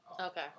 Okay